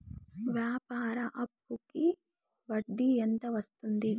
వ్యాపార అప్పుకి వడ్డీ ఎంత వస్తుంది?